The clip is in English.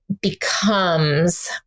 becomes